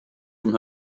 from